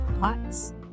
Thoughts